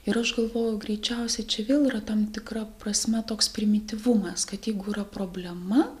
ir aš galvoju greičiausiai čia vėl yra tam tikra prasme toks primityvumas kad jeigu yra problema